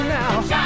now